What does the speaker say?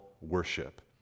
worship